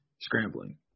scrambling